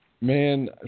Man